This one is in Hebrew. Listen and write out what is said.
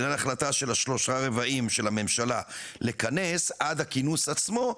בין ההחלטה של השלושה הרבעים של הממשלה לכנס עד הכינוס עצמו,